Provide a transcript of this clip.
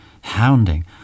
hounding